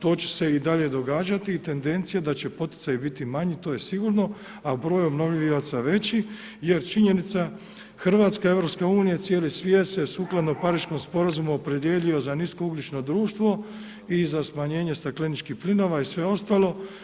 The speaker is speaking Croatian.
To će se i dalje događati i tendencija da će poticaji biti manji, to je sigurno a broj obnovljivaca veći jer činjenica Hrvatska, EU, cijeli svijet se sukladnom Pariškom sporazumu opredijelio za nisko ugljično društvo i za smanjenje stakleničkih plinova i sve ostalo.